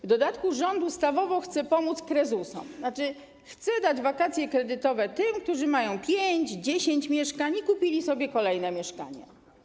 W dodatku rząd ustawowo chce pomóc krezusom, to znaczy, że chce dać wakacje kredytowe tym, którzy mają 5, 10 mieszkań i kupili sobie kolejne mieszkania.